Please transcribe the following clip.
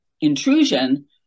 intrusion